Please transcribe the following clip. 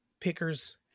pickers